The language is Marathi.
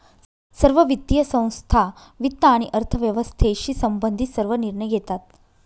सर्व वित्तीय संस्था वित्त आणि अर्थव्यवस्थेशी संबंधित सर्व निर्णय घेतात